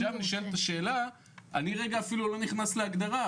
אני לא נכנס להגדרה,